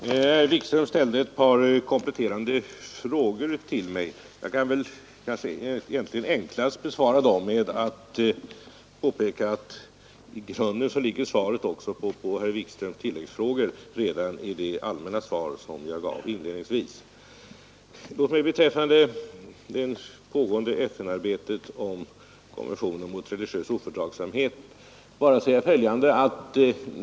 Herr talman! Herr Wikström ställde ett par kompletterande frågor till mig. Jag kan kanske enklast besvara dem med att påpeka att svaret på herr Wikströms tilläggsfrågor redan ligger i det allmänna svar som jag gav inledningsvis. Låt mig beträffande det pågående FN-arbetet om konventionen mot religiös ofördragsamhet bara säga följande.